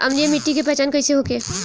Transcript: अम्लीय मिट्टी के पहचान कइसे होखे?